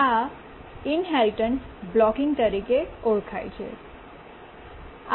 આ inheritance blocking તરીકે ઓળખાય છે